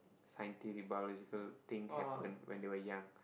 scientific biological thing happen when they were young